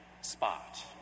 spot